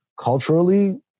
culturally